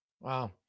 Wow